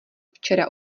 včera